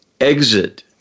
exit